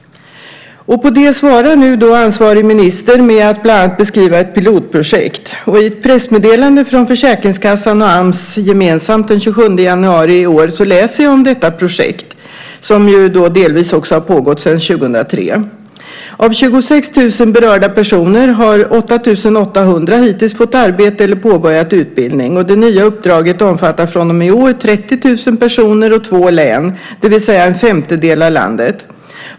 På det svarar nu ansvarig minister med att bland annat beskriva ett pilotprojekt. I ett pressmeddelande från Försäkringskassan och Ams gemensamt den 27 januari i år läser jag om detta projekt, som delvis har pågått sedan 2003. Av 26 000 berörda personer har 8 800 hittills fått arbete eller påbörjat utbildning. Det nya uppdraget omfattar från och med i år 30 000 personer och två län, det vill säga en femtedel av landet.